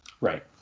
Right